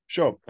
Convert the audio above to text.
Sure